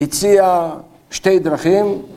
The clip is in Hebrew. ‫הציע שתי דרכים.